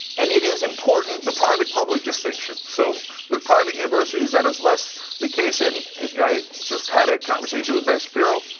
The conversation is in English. and it is important, the private public distinction. so, with private universities that is less the case, and i just had a conversation with ben shapiro,